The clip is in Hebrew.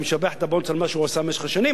אני משבח את "הבונדס" על מה שהוא עשה במשך השנים,